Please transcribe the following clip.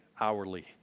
hourly